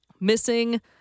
missing